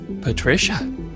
Patricia